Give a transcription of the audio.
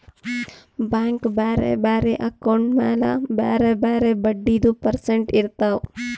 bank ಬ್ಯಾರೆ ಬ್ಯಾರೆ account ಮ್ಯಾಲ ಬ್ಯಾರೆ ಬ್ಯಾರೆ ಬಡ್ಡಿದು ಪರ್ಸೆಂಟ್ ಇರ್ತಾವ್